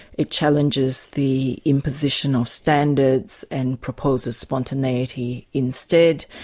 it challenges the imposition of standards and proposes spontaneity instead.